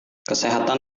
kesehatan